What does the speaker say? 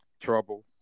trouble